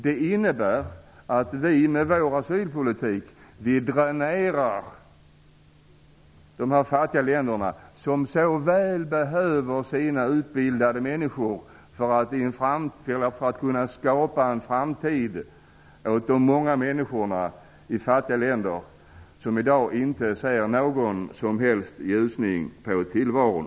Det innebär att vi med vår asylpolitik dränerar de fattiga länderna, som så väl behöver sina utbildade för att kunna skapa en framtid åt de många människor i dessa länder som i dag inte ser någon som helst ljusning i tillvaron.